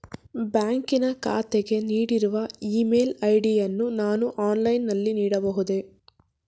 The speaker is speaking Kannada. ಬ್ಯಾಂಕಿನ ಖಾತೆಗೆ ನೀಡಿರುವ ಇ ಮೇಲ್ ಐ.ಡಿ ಯನ್ನು ನಾನು ಆನ್ಲೈನ್ ನಲ್ಲಿ ನೀಡಬಹುದೇ?